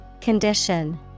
Condition